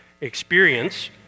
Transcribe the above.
experience